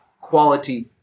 Quality